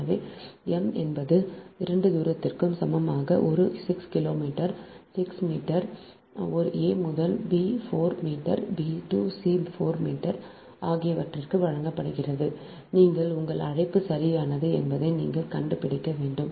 எனவே m என்பது 2 தூரங்களுக்கு சமமான ஒரு 6 மீட்டர் 6 மீட்டர் a முதல் b 4 metre b to c 4 metre ஆகியவற்றுக்கு வழங்கப்படுகிறது நீங்கள் உங்கள் அழைப்பு சரியானது என்பதை நீங்கள் கண்டுபிடிக்க வேண்டும்